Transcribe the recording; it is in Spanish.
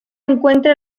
encuentra